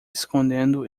escondendo